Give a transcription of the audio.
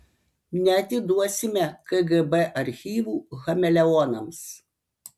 neatiduosime kgb archyvų chameleonams